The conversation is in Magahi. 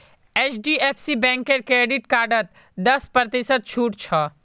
एचडीएफसी बैंकेर क्रेडिट कार्डत दस प्रतिशत छूट छ